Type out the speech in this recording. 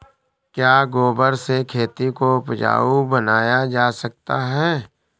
क्या गोबर से खेती को उपजाउ बनाया जा सकता है?